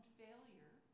failure